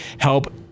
help